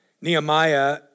Nehemiah